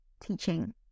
teaching